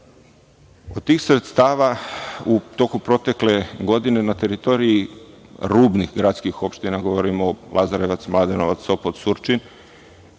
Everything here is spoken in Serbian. tih sredstava u toku protekle godine na teritoriji rubnih gradskih opština, govorim o Lazarevcu, Mladenovcu, Sopotu, Surčinu,